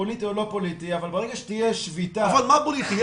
פוליטי או לא פוליטי אבל ברגע שתהיה שביתה --- מה פוליטי?